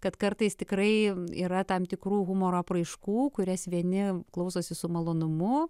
kad kartais tikrai yra tam tikrų humoro apraiškų kurias vieni klausosi su malonumu